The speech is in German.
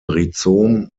rhizom